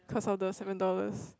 cause of the seven dollars